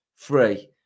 three